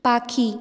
পাখি